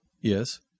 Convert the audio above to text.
Yes